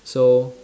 so